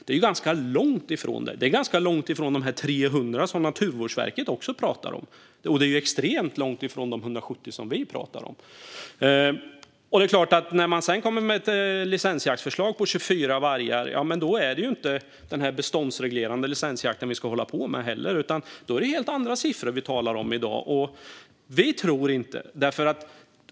Det är ganska långt ifrån de 300 som Naturvårdsverket pratar om. Det är extremt långt ifrån de 170 som vi pratar om. Sedan kommer man med ett licensjaktförslag på 24 vargar. Det är inte den beståndsreglerande licensjakt som vi ska hålla på med. I så fall talar vi om helt andra siffror i dag.